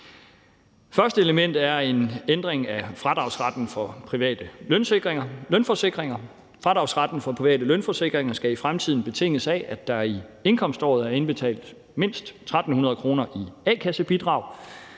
Første element er en ændring af fradragsretten for private lønforsikringer. Den skal i fremtiden betinges af, at der i indkomståret er indbetalt mindst 1.300 kr. i a-kassebidrag,